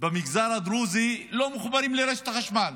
במגזר הדרוזי לא מחוברים לרשת החשמל,